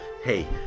hey